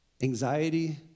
Anxiety